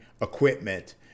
equipment